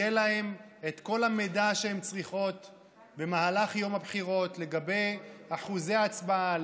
יהיה את כל המידע שהם צריכים במהלך יום הבחירות לגבי אחוזי ההצבעה,